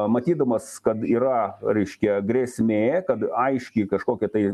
matydamas kad yra reiškia grėsmė kad aiški kažkokia tai